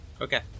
Okay